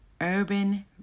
Urban